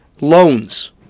Loans